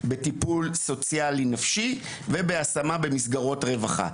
בטיפול סוציאלי נפשי ובהשמה במסגרות רווחה.